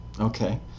Okay